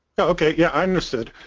okay yeah i understood.